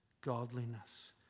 godliness